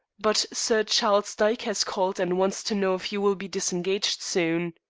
but sir charles dyke has called, and wants to know if you will be disengaged soon.